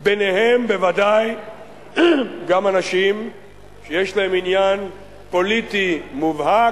ביניהם בוודאי גם אנשים שיש להם עניין פוליטי מובהק,